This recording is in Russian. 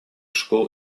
школ